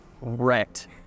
wrecked